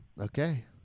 Okay